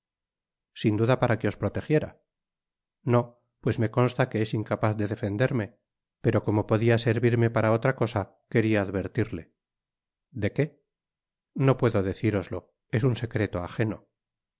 sin duda para que os protejiera no pues me consta que es incapaz de defenderrrr pero como podia servirme para otra cosa quería advertirle de qué no puedo decíroslo es un secreto ageno